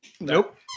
Nope